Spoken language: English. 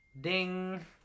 ding